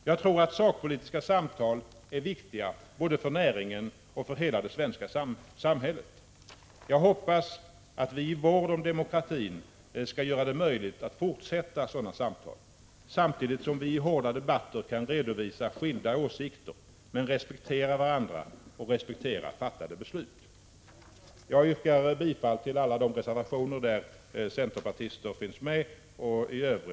Jag tror att sakpolitiska samtal är viktiga både för näringen och för hela det svenska samhället. Jag hoppas att vi i vår diskussion om demokratin skall kunna göra det möjligt att fortsätta sådana samtal, samtidigt som vi i hårda debatter kan redovisa skilda åsikter. Men vi måste respektera varandra och ha respekt för — Prot. 1985/86:160 fattade beslut. 3 juni 1986 Jag yrkar bifall till alla de reservationer där centerpartister finns med och i